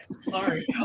Sorry